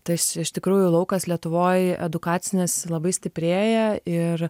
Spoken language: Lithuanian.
tas iš tikrųjų laukas lietuvoj edukacinis labai stiprėja ir